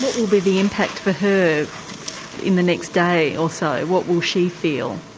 what will be the impact for her in the next day or so? what will she feel?